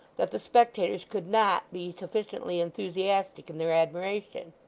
that the spectators could not be sufficiently enthusiastic in their admiration